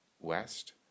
west